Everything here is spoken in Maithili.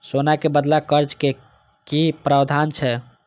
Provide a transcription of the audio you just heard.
सोना के बदला कर्ज के कि प्रावधान छै?